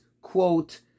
quote